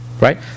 right